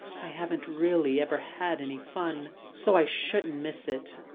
i haven't really ever had any fun, so i shouldn't miss it,